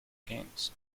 games